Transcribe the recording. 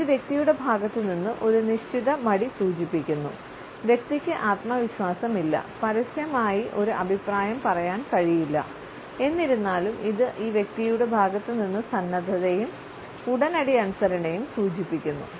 ഇത് വ്യക്തിയുടെ ഭാഗത്തുനിന്ന് ഒരു നിശ്ചിത മടി സൂചിപ്പിക്കുന്നു വ്യക്തിക്ക് ആത്മവിശ്വാസമില്ല പരസ്യമായി ഒരു അഭിപ്രായം പറയാൻ കഴിയില്ല എന്നിരുന്നാലും ഇത് ഈ വ്യക്തിയുടെ ഭാഗത്തുനിന്ന് സന്നദ്ധയും ഉടനടി അനുസരണയും സൂചിപ്പിക്കുന്നു